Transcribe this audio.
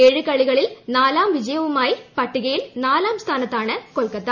ഏഴ് കളികളിൽ നാല് വിജയവുമായി പട്ടികയിൽ നാലാം സ്ഥാനത്താണ് കൊൽക്കത്ത